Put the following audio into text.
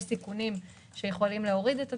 יש סיכונים שיכולים להוריד את התחזית,